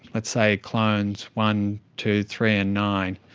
let's say clones one, two, three and nine.